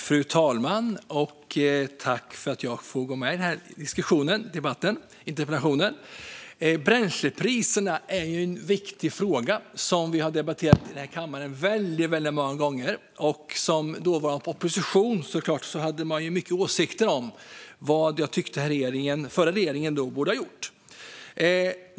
Fru talman! Tack för att jag får vara med i denna interpellationsdebatt! Bränslepriserna är en viktig fråga som vi har debatterat här i kammaren väldigt många gånger. Som del av den dåvarande oppositionen hade jag mycket åsikter om vad den förra regeringen borde ha gjort.